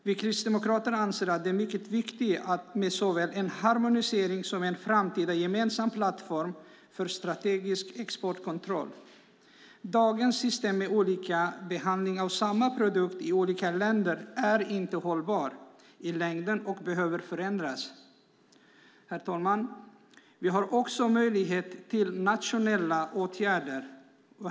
Vi kristdemokrater anser att det är mycket viktigt med såväl en harmonisering som en framtida gemensam plattform för strategisk exportkontroll. Dagens system med olika behandling av samma produkt i olika länder är inte hållbart i längden och behöver förändras. Herr talman! Vi har också möjlighet till nationella åtgärder.